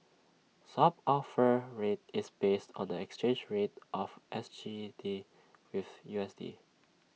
swap offer rate is based on the exchange rate of S G D with U S D